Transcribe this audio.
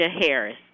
Harris